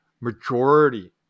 majority